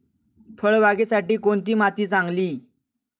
फळबागेसाठी कोणती माती चांगली?